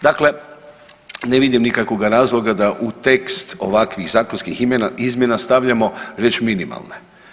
Dakle, ne vidim nikakvoga razloga da u tekst ovakvih zakonskih izmjena stavljamo riječ minimalne.